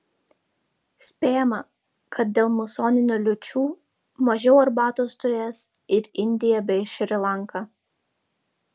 spėjama kad dėl musoninių liūčių mažiau arbatos turės ir indija bei šri lanka